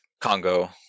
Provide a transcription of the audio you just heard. Congo